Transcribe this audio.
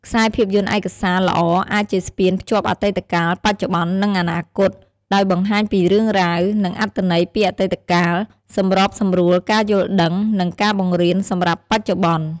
ខ្សែភាពយន្តឯកសារល្អអាចជាស្ពានភ្ជាប់អតីតកាល បច្ចុប្បន្ន និងអនាគត ដោយបង្ហាញពីរឿងរ៉ាវ និងអត្ថន័យពីអតីតកាល សម្របសម្រួលការយល់ដឹង និងការបង្រៀនសម្រាប់បច្ចុប្បន្ន។